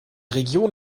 region